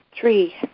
Three